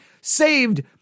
saved